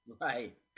Right